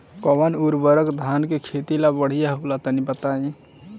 कौन उर्वरक धान के खेती ला बढ़िया होला तनी बताई?